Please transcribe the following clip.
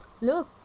Look